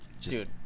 Dude